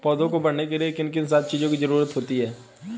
पौधों को बढ़ने के लिए किन सात चीजों की जरूरत होती है?